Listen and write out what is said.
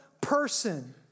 person